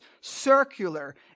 circular